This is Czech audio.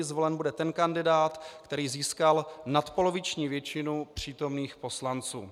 Zvolen bude ten kandidát, který získal nadpoloviční většinu přítomných poslanců.